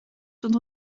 sont